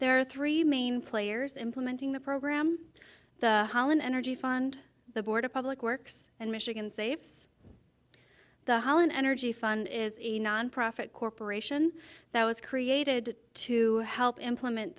there are three main players implementing the program the holland energy fund the board of public works and michigan saves the hollin energy fund is a nonprofit corporation that was created to help implement